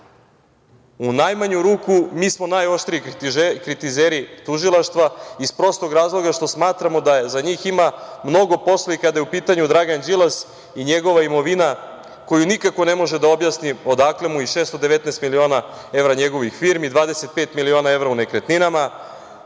U najmanju ruku mi smo najoštriji kritizeri tužilaštva iz prostog razloga što smatramo da za njih ima mnogo posla i kada je u pitanju Dragan Đilas i njegova imovina koju nikako ne može da objasni odakle mu i 619.000.000 evra njegovih firmi, 25.000.000 evra u nekretninama,